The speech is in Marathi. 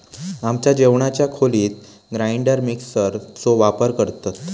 आमच्या जेवणाच्या खोलीत ग्राइंडर मिक्सर चो वापर करतत